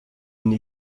une